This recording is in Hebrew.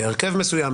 בהרכב מסוים,